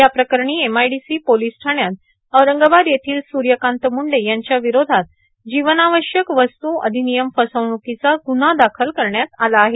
याप्रकरणी एमआयडीसी पोर्गलस ठाण्यात औरंगाबाद येथील स्यकांत मुंडे यांच्या र्ववरोधात जीवनावश्यक वस्तू र्आर्धानयम फसवणूकांचा गुन्हा दाखल करण्यात आला आहे